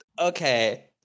okay